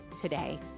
today